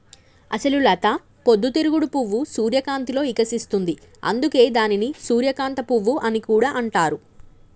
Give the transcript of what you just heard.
అసలు లత పొద్దు తిరుగుడు పువ్వు సూర్యకాంతిలో ఇకసిస్తుంది, అందుకే దానిని సూర్యకాంత పువ్వు అని కూడా అంటారు